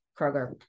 Kroger